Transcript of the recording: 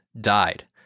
died